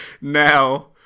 now